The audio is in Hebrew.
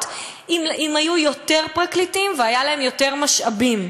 אילו היו יותר פרקליטים והיו להם יותר משאבים.